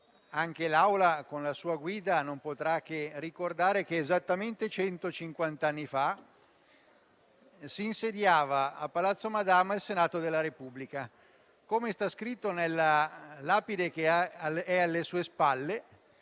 anche l'Assemblea, con la sua guida, non potrà che ricordare che esattamente 150 anni fa si insediava a Palazzo Madama il Senato della Repubblica. Nella lapide alle sue spalle